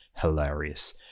hilarious